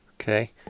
Okay